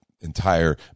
entire